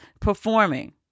performing